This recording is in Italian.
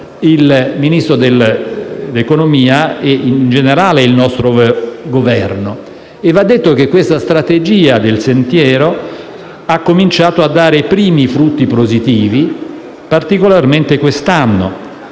il Ministro dell'economia e delle finanze e, in generale, il nostro Governo. Va detto che questa strategia del sentiero ha cominciato a dare i primi frutti positivi in particolare quest'anno.